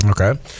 Okay